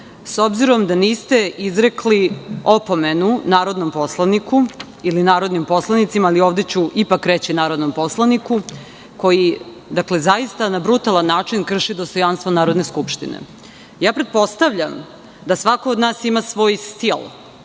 s obzirom da niste izrekli opomenu narodnom poslaniku ili narodnim poslanicima ali ovde ću ipak reći narodnom poslaniku koji na brutalan način krši dostojanstvo Narodne skupštine. Pretpostavljam da svako od nas ima svoj stil,